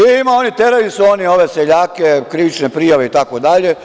I ima, terali su oni, one seljake, krivične prijave itd.